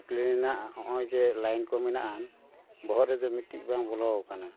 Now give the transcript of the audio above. ᱠᱩᱠᱞᱤ ᱨᱮᱭᱟᱜ ᱱᱚᱜᱼᱚᱭ ᱡᱮ ᱞᱟᱭᱤᱱ ᱠᱚ ᱢᱮᱱᱟᱜᱼᱟᱱ ᱵᱚᱦᱚᱜ ᱨᱮᱫᱚ ᱢᱤᱫᱴᱤᱡ ᱵᱟᱝ ᱵᱚᱞᱚ ᱟᱠᱟᱱᱟ